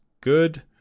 good